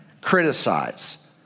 criticize